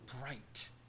bright